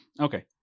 Okay